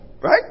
Right